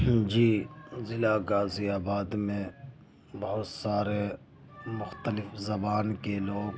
جی ضلع غازی آباد میں بہت سارے مختلف زبان کے لوگ